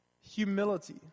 Humility